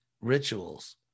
rituals